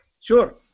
Sure